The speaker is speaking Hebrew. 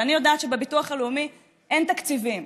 אבל אני יודעת שבביטוח הלאומי אין תקציבים,